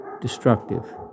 destructive